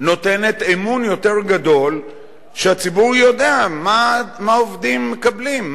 נותן אמון יותר גדול שהציבור יודע מה העובדים מקבלים,